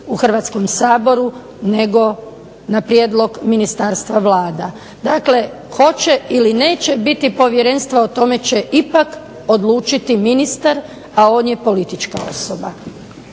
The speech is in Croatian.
u Hrvatskom saboru nego na prijedlog ministarstva Vlada. Dakle, hoće ili neće biti povjerenstva o tome će ipak odlučiti ministar, a on je politička osoba.